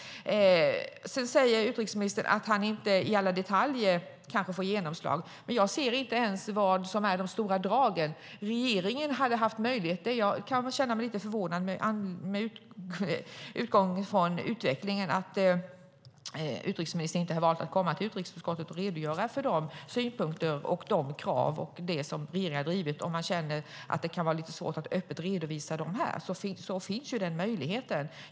Utrikesministern säger att han inte i alla detaljer får genomslag. Jag ser inte ens vad som är de stora dragen. Med tanke på utvecklingen kan jag känna mig lite förvånad att utrikesministern inte har valt att komma till utrikesutskottet och redogöra för de synpunkter och krav som regeringen har drivit. Om han känner att det är lite svårt att öppet redovisa dem här finns den möjligheten.